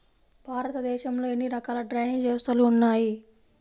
భారతదేశంలో ఎన్ని రకాల డ్రైనేజ్ వ్యవస్థలు ఉన్నాయి?